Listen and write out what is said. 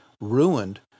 ruined